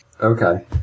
Okay